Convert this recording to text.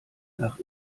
nach